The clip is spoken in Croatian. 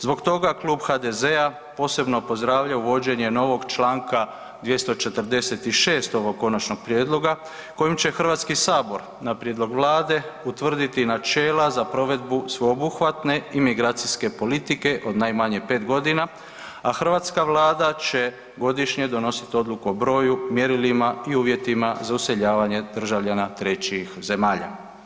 Zbog toga Klub HDZ-a posebno pozdravlja uvođenje novog Članka 246. ovog konačnog prijedloga kojim će Hrvatski sabor na prijedlog Vlade utvrditi načela za provedbu sveobuhvatne imigracijske politike od najmanje 5 godina, a hrvatska Vlada će godišnje donositi odluku o broju, mjerilima i uvjetima za useljavanje državljana trećih zemalja.